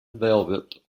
velvet